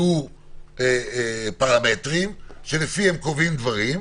פרמטרים שלפיהם קובעים דברים,